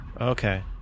Okay